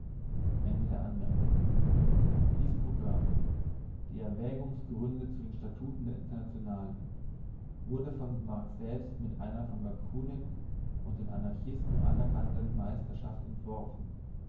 dies programm die erwägungsgründe zu den statuten der internationale wurde von marx mit einer selbst von bakunin und den anarchisten anerkannten meisterschaft entworfen